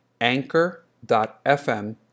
anchor.fm